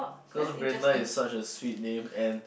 cause Brenna is such a sweet name and